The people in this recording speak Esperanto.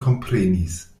komprenis